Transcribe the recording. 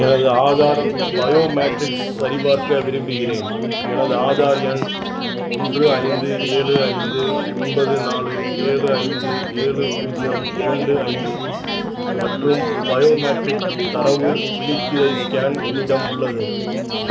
எனது ஆதார் பயோமெட்ரிக்ஸ் சரிபார்க்க விரும்புகிறேன் எனது ஆதார் எண் ஒன்று ஐந்து ஏழு ஐந்து ஒன்பது நாலு ஏழு ஐந்து ஏழு பூஜ்ஜியம் இரண்டு ஐந்து மற்றும் பயோமெட்ரிக் தரவு விழித்திரை ஸ்கேன் என்னிடம் உள்ளது